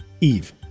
Eve